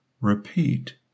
repeat